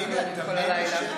כלל אזרחי מדינת